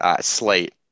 slate